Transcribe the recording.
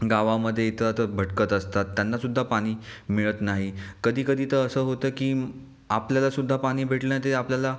गावामध्ये इतरत्र भटकत असतात त्यांनासुद्धा पाणी मिळत नाही कधी कधी तर असं होतं की आपल्याला सुद्धा पाणी भेटलं ते आपल्याला